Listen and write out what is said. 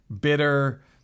bitter